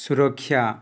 ସୁରକ୍ଷା